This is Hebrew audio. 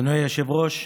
אדוני היושב-ראש,